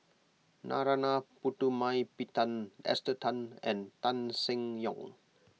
Narana Putumaippittan Esther Tan and Tan Seng Yong